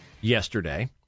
yesterday